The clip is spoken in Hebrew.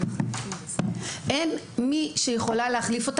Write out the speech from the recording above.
אין מי שיכולה להחליף,